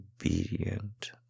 obedient